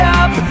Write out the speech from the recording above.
up